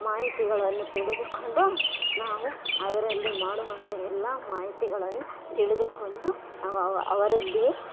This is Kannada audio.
ಮಾಹಿತಿಗಳನ್ನು ತಿಳಿದುಕೊಂಡು ನಾವು ಅದರಲ್ಲಿ ಮಾಡುವಂಥ ಎಲ್ಲ ಮಾಹಿತಿಗಳನ್ನು ತಿಳಿದುಕೊಂಡು ನಾವು ಅವ ಅವರಲ್ಲಿಯೇ